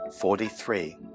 Forty-three